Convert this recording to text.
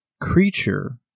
creature